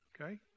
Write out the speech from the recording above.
Okay